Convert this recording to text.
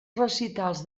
recitals